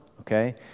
okay